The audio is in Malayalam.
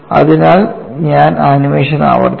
അതിനാൽ ഞാൻ ആനിമേഷൻ ആവർത്തിക്കും